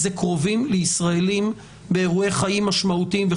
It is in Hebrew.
קרובים לישראלים באירועי חיים משמעותיים.